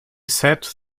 said